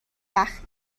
وقت